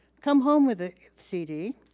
come home with the cd,